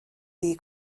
ddi